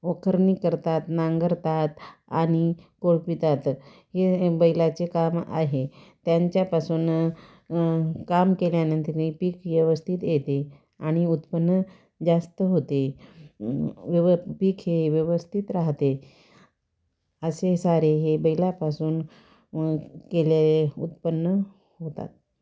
वखरणी करतात नांगरतात आणि कोळपतात हे हे बैलाचे काम आहे त्यांच्यापासून काम केल्यानंतरनी पीक व्यवस्थित येते आणि उत्पन्न जास्त होते व्यव पीक हे व्यवस्थित राहते असे सारे हे बैलापासून केलेले उत्पन्न होतात